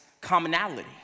commonality